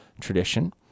tradition